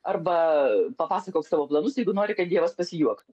arba papasakok savo planus jeigu nori kad dievas pasijuok